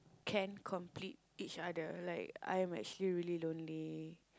can complete each other like I'm actually really lonely